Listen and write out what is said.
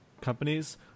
companies